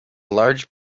large